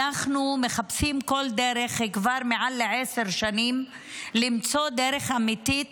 אנחנו מחפשים כל דרך היא כבר יותר מעשר שנים למצוא דרך אמיתית